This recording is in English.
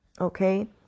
okay